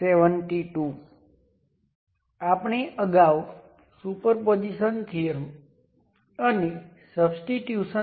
હવે આપણે બે પોર્ટ પેરામિટર ની ચર્ચા કરીશું